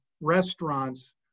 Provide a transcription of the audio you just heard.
restaurants